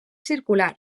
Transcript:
circular